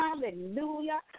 Hallelujah